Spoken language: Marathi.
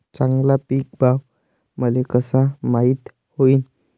चांगला पीक भाव मले कसा माइत होईन?